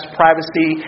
privacy